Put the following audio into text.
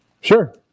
Sure